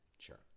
sure